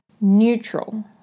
neutral